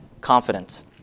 confidence